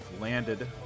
landed